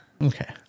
Okay